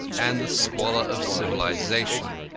and the squalor of civilisation?